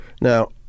Now